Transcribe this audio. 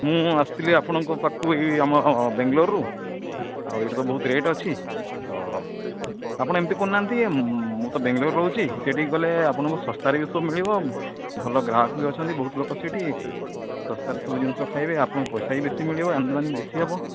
ମୁଁ ଆସୁଥିଲି ଆପଣଙ୍କ ପାଖକୁ ଏଇ ଆମ ବାଙ୍ଗଲୋରରୁ ଆଉ ଏଇଟା ତ ବହୁତ ରେଟ୍ ଅଛି ତ ଆପଣ ଏମିତି କରୁନାହାନ୍ତି ମୁଁ ତ ବାଙ୍ଗଲୋରରେ ରହୁଛି ସେଇଠିକି ଗଲେ ଆପଣଙ୍କୁ ଶସ୍ତାରେ ବି ସବୁ ମିଳିବ ଭଲ ଗ୍ରାହାକ ବି ଅଛନ୍ତି ବହୁତ ଲୋକ ସେଇଠି ଶସ୍ତାରେ ସବୁ ଜିନିଷ ଖାଇବେ ଆପଣଙ୍କୁ ପଇସା ବି ବେଶୀ ମିଳିବ ଆମଦାନୀ ବେଶୀ ହେବ